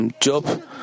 Job